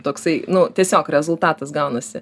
toksai nu tiesiog rezultatas gaunasi